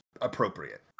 appropriate